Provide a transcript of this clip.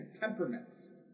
temperaments